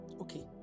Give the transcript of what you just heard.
Okay